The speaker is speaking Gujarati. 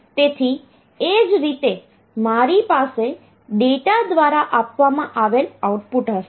તેથી એ જ રીતે મારી પાસે ડેટા દ્વારા આપવામાં આવેલ આઉટપુટ હશે